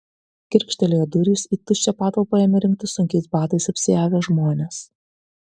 girgžtelėjo durys į tuščią patalpą ėmė rinktis sunkiais batais apsiavę žmonės